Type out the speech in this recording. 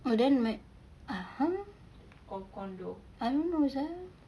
oh then might (uh huh) I don't know sia